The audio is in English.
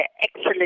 excellent